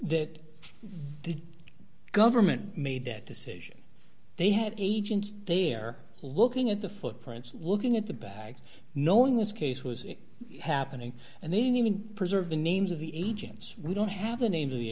that the government made that decision they had agents there looking at the footprints looking at the bags knowing this case was happening and then you can preserve the names of the agents we don't have the names of the